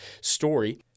story